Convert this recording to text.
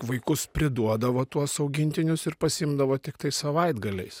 vaikus priduodavo tuos augintinius ir pasiimdavo tiktai savaitgaliais